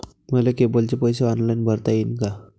मले केबलचे पैसे ऑनलाईन भरता येईन का?